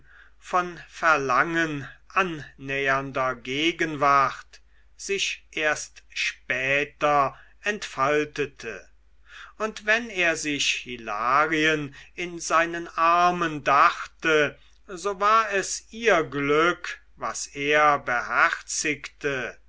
von verlangen annähernder gegenwart sich erst später entfaltete und wenn er sich hilarien in seinen armen dachte so war es ihr glück was er beherzigte